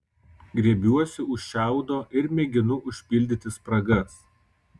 griebiuosi už šiaudo ir mėginu užpildyti spragas